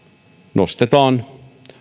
nostetaan